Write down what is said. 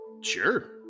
Sure